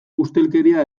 ustelkeria